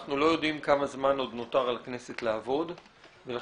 אנחנו לא יודעים כמה זמן נותר לכנסת לעבוד ולכן,